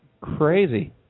Crazy